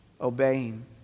obeying